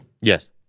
Yes